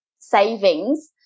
savings